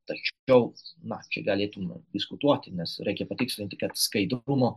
tačiau na čia galėtume diskutuoti nes reikia patikslinti kad skaidrumo